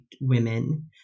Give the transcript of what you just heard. women